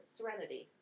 Serenity